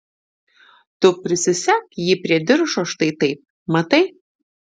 tu prisisek jį prie diržo štai taip matai